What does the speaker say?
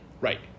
right